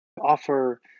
offer